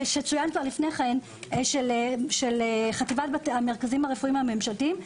של חטיבת המרכזים הרפואיים הממשלתיים,